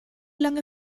lange